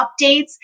updates